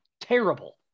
Terrible